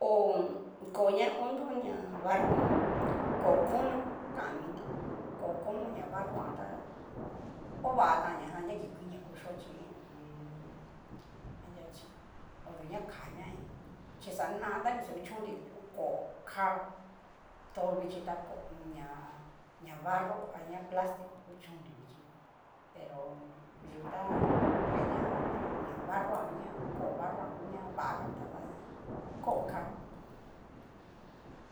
Koo. koo ña onda ña barro jan, koo kono kan minri, koo kono ña barro jan tá ovatan ña ja ña kikui na kuchio chí ho o on. anria achí odu ña ká nguan ini, chí xana ta ni xa kuchón nri koo ká to vichí ta kó ña ña barro aña plastico kuchón nri, vichi pero yu ta kain ña ña barro ngu ña koo barro ngu ña vaga tada koo ká.